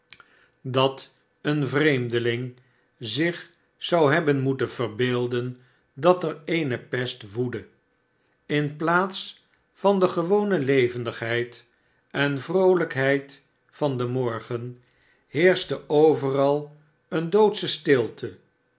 dat een vreenldeling zich zou hebben moeten verbeelden dat er eene pest woedde in plaats van de gewone levendigheid en vroolijkheid van den morgen lieerschte overal eene doodsche stilte